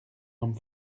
homme